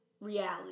reality